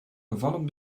gevallen